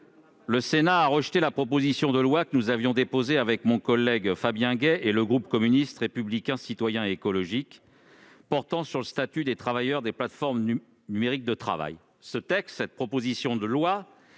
le Sénat a rejeté la proposition de loi que j'ai déposée avec mon collègue Fabien Gay et le groupe communiste républicain citoyen et écologiste et qui portait sur le statut des travailleurs des plateformes numériques de travail. Cette proposition de loi